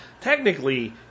technically